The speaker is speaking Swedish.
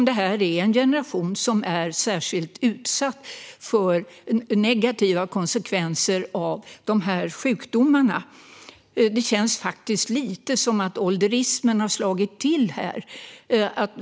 Det är ju en generation som är särskilt utsatt för negativa konsekvenser av dessa sjukdomar. Det känns lite som om ålderismen har slagit till här.